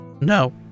No